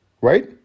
right